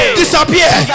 disappear